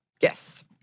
yes